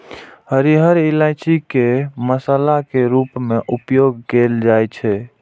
हरियर इलायची के मसाला के रूप मे उपयोग कैल जाइ छै